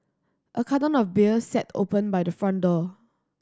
a carton of beer sat open by the front door